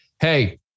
Hey